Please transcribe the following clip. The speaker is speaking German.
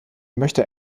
möchte